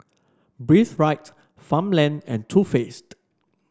Breathe Right Farmland and Too Faced